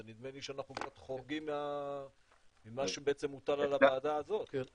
ונדמה לי שאנחנו קצת חורגים ממה שבעצם מוטל על הוועדה הזאת.